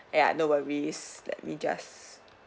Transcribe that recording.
yeah no worries let me just